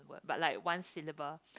but like one syllable